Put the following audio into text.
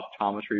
optometry